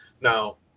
Now